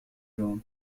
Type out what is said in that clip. جون